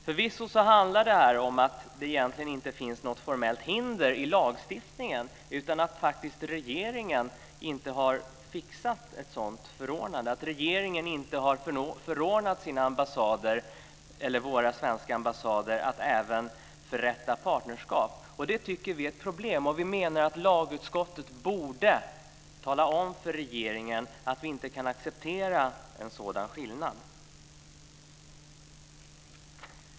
Förvisso handlar det inte om ett formellt hinder i lagstiftningen utan om att regeringen faktiskt inte har fixat ett sådant förordnande, att regeringen inte har förordnat våra svenska ambassader att även förrätta partnerskap. Detta tycker vi är ett problem. Lagutskottet borde, menar vi, tala om för regeringen att en sådan skillnad inte kan accepteras.